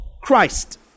Christ